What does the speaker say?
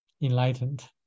enlightened